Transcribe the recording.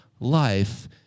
life